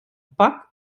pak